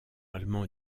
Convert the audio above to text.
allemand